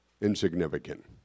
insignificant